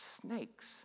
Snakes